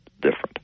different